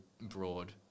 broad